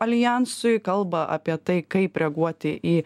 aljansui kalba apie tai kaip reaguoti į